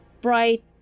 bright